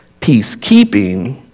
Peacekeeping